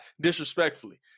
disrespectfully